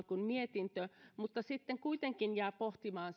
kuin mietintö mutta sitten kuitenkin jää pohtimaan